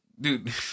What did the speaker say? dude